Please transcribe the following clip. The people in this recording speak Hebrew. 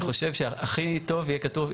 אני חושב שהכי טוב יהיה כתוב,